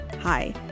Hi